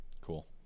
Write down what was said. cool